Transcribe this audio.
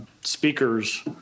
speakers